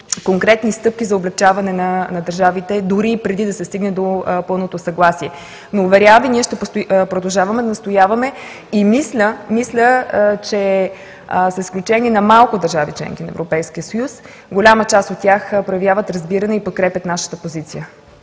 конкретни стъпки за облекчаване на държавите, дори преди да се стигне до пълното съгласие. Уверявам Ви, ние ще продължаваме да настояваме и мисля, че, с изключение на малко държави – членки на Европейския съюз, голяма част от тях проявяват разбиране и подкрепят нашата позиция.